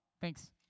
Thanks